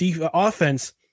offense